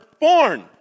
born